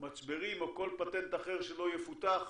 מצברים או כל פטנט אחר שלא יפותח,